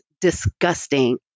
disgusting